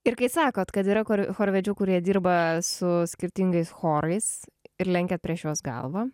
ir kai sakot kad yra kor chorvedžių kurie dirba su skirtingais chorais ir lenkiat prieš juos galvą